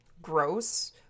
gross